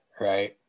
right